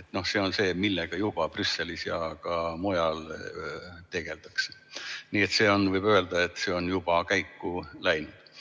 See on see, millega juba Brüsselis ja ka mujal tegeldakse. Nii et see on, võib